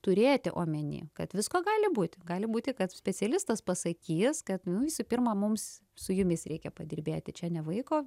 turėti omeny kad visko gali būti gali būti kad specialistas pasakys kad nu visų pirma mums su jumis reikia padirbėti čia ne vaiko